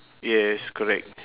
yes correct